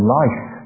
life